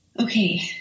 Okay